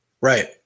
right